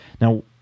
Now